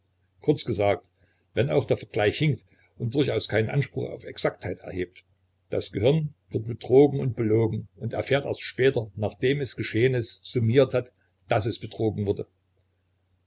kurz gesagt wenn auch der vergleich hinkt und durchaus keinen anspruch auf exaktheit erhebt das gehirn wird betrogen und belogen und erfährt erst später nachdem es geschehenes summiert hat daß es betrogen wurde